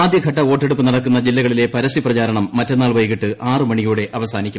ആദ്യ ഘട്ട വോട്ടെടുപ്പ് നടക്കുന്ന ജില്ലകളിലെ പരസ്യ പ്രചാരണം മറ്റന്നാൾ വൈകിട്ട് ആറു മണിയോടെ അവസാനിക്കും